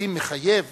תקדים מחייב